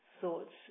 thoughts